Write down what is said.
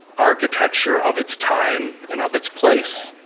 architecture of its time and of its place.